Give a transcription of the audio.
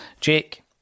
Jake